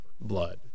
blood